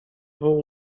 how